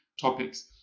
topics